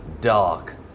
dark